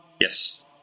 Yes